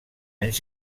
anys